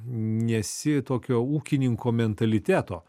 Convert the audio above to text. nesi tokio ūkininko mentaliteto